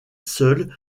seule